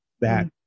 back